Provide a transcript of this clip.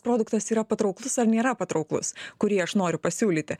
produktas yra patrauklus ar nėra patrauklus kurį aš noriu pasiūlyti